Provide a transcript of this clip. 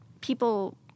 people